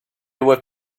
were